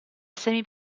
semi